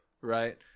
right